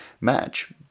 match